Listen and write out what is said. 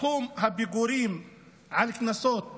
סכום הפיגורים על קנסות מינהליים.